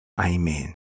Amen